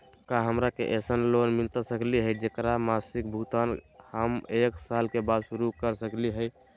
का हमरा के ऐसन लोन मिलता सकली है, जेकर मासिक भुगतान हम एक साल बाद शुरू कर सकली हई?